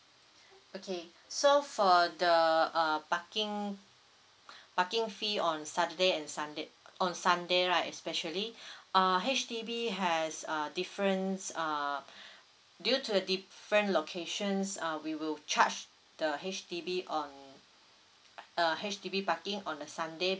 okay so for the uh parking parking fee on saturday and sunday on sunday right especially uh H_D_B has uh difference uh due to the different locations uh we will charge the H_D_B on uh H_D_B parking on a sunday